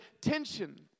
tension